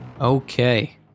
Okay